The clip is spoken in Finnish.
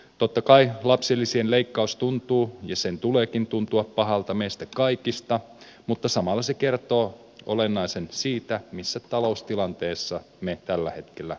totta kai lapsilisien leikkaus tuntuu ja sen tuleekin tuntua pahalta meistä kaikista mutta samalla se kertoo olennaisen siitä missä taloustilanteessa me tällä hetkellä olemme